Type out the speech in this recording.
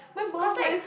cause like